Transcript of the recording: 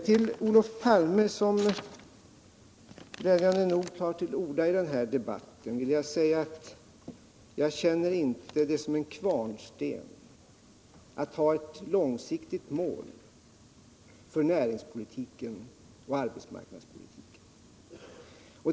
Till Olof Palme, som glädjande nog tog till orda i den här debatten, vill jag säga att jag inte upplever det som en kvarnsten att ha ett långsiktigt mål för näringspolitiken och arbetsmarknadspolitiken.